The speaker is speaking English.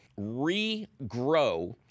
Regrow